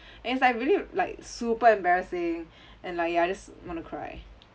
and it's like really like super embarrassing and like ya just wanna cry